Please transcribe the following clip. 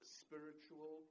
spiritual